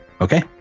Okay